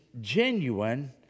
genuine